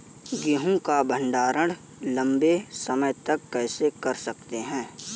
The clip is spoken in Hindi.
गेहूँ का भण्डारण लंबे समय तक कैसे कर सकते हैं?